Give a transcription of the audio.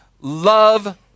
love